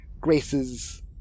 Grace's